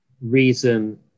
reason